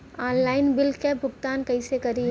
Online bill क भुगतान कईसे करी?